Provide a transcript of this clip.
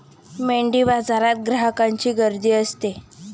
मेंढीबाजारात ग्राहकांची गर्दी असते